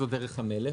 זו דרך המלך,